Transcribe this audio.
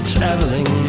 Traveling